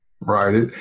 Right